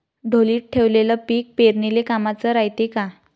ढोलीत ठेवलेलं पीक पेरनीले कामाचं रायते का?